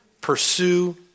Pursue